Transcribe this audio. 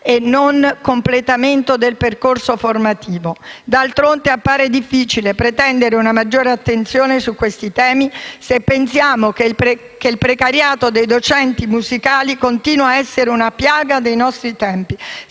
e non completamento del percorso formativo. D'altronde appare difficile pretendere una maggiore attenzione su questi temi se pensiamo che il precariato dei docenti musicali continua a essere una piaga dei nostri tempi,